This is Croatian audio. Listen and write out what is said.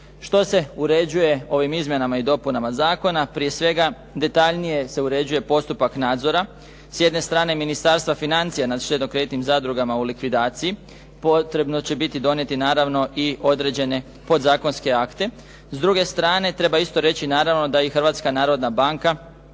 Što se uređuje ovim izmjenama i dopunama zakona? Prije svega detaljnije se uređuje postupak nadzora, s jedne strane Ministarstva financija nad štedno-kreditnim zadrugama u likvidaciji, potrebno će biti donijeti naravno i određene podzakonske akte. S druge strane treba isto reći naravno da i Hrvatska narodna banka